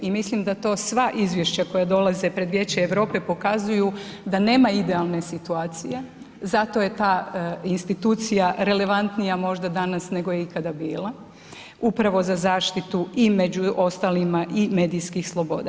I mislim da to sva izvješća koja dolaze pred vijeće Europe pokazuju da nema idealne situacije, zato je ta institucija relevantnija možda danas nego je ikada bila, upravo za zaštitu i među ostalima i medijskih sloboda.